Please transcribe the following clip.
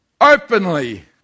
openly